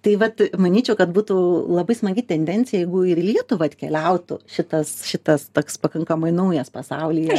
tai vat manyčiau kad būtų labai smagi tendencija jeigu ir į lietuvą atkeliautų šitas šitas toks pakankamai naujas pasaulyje